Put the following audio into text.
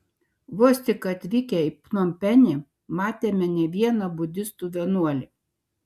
vos tik atvykę į pnompenį matėme ne vieną budistų vienuolį